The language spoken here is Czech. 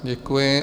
Děkuji.